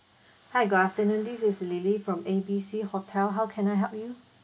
hi good afternoon this is lily from A B C hotel how can I help you